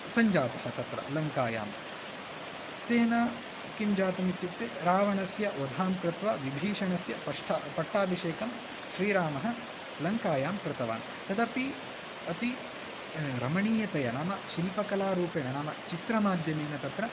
सञ्जातः तत्र लङ्कायां तेन किं जातम् इत्युक्ते रावणस्य वधं कृत्वा विभीषणस्य स्पष्टं पट्टाभिषेकं श्रीरामः लङ्कायां कृतवान् तदपि अति रमणीयतया नाम शिल्पकलारूपेण नाम चित्रमाध्यमेन तत्र